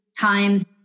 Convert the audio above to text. times